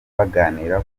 baganira